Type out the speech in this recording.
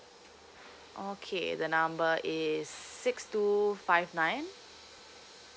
okay the number is six two five nine